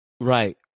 Right